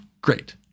great